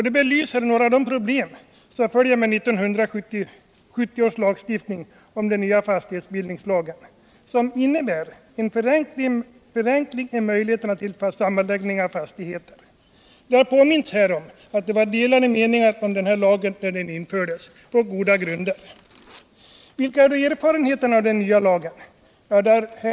Det belyser några av de problem som följer med 1970 års lagstiftning om den nya fastighetsbildningen, som innebär en förenkling av möjligheterna till sammanläggning av fastigheter. Det har här påmints om att det rådde delade meningar när lagen infördes, och detta på goda grunder. 161 Vilka är erfarenheterna av den nya lagen?